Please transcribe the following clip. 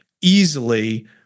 easily